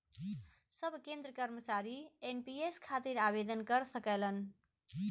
सब केंद्र कर्मचारी एन.पी.एस खातिर आवेदन कर सकलन